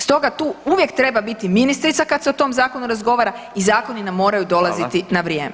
Stoga tu uvijek treba biti ministrica kad se o tom zakonu razgovara i zakoni nam moraju dolaziti na vrijeme.